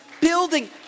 Building